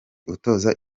utoza